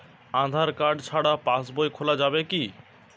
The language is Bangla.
আধার কার্ড ছাড়া পাশবই খোলা যাবে কি?